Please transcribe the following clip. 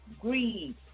greed